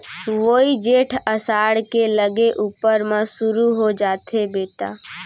वोइ जेठ असाढ़ के लगे ऊपर म सुरू हो जाथे बेटा